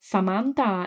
Samantha